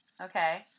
Okay